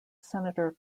senator